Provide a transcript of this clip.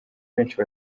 benshi